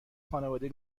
خانواده